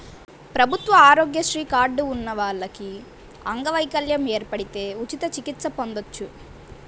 ప్రభుత్వ ఆరోగ్యశ్రీ కార్డు ఉన్న వాళ్లకి అంగవైకల్యం ఏర్పడితే ఉచిత చికిత్స పొందొచ్చు